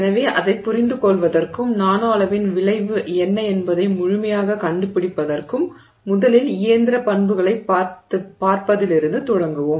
எனவே அதைப் புரிந்துகொள்வதற்கும் நானோ அளவின் விளைவு என்ன என்பதை முழுமையாகக் கண்டுபிடிப்பதற்கும் முதலில் இயந்திர பண்புகளைப் பார்ப்பதிலிருந்தே தொடங்குவோம்